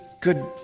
good